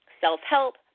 self-help